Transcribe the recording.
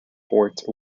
fort